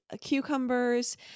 cucumbers